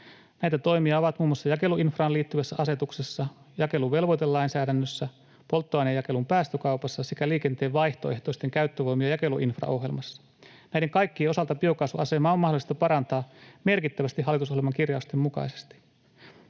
Näitä toimia on muun muassa jakeluinfraan liittyvässä asetuksessa, jakeluvelvoitelainsäädännössä, polttoainejakelun päästökaupassa sekä liikenteen vaihtoehtoisten käyttövoimien jakeluinfraohjelmassa. Näiden kaikkien osalta biokaasun asemaa on mahdollista parantaa merkittävästi hallitusohjelman kirjausten mukaisesti.